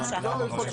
אורכה?